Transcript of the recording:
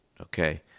okay